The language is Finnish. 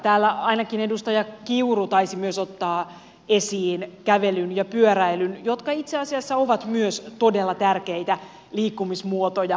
täällä ainakin edustaja kiuru taisi myös ottaa esiin kävelyn ja pyöräilyn jotka itse asiassa ovat myös todella tärkeitä liikkumismuotoja